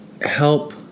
help